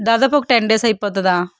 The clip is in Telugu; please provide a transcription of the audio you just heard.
దాదాపు ఒక టెన్ డేస్ అయిపోతుందా